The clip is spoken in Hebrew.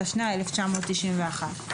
התשנ"א-1991".